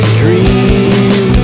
dream